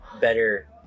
better